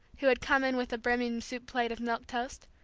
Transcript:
who had come in with a brimming soup plate of milk toast,